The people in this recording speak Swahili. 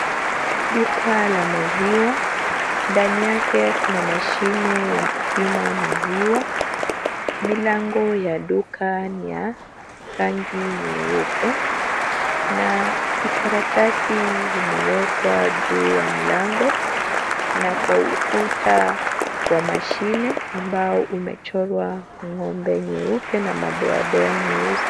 Duka la maziwa. Ndani yake kuna mashine ya kupima maziwa. Milango ya duka ni ya rangi nyeupe na kikaratasi zimewekwa juu ya mlango na kwa ukuta wa mashine ambao umechorwa ng'ombe nyeupe na madoadoa nyeusi.